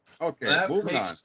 Okay